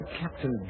Captain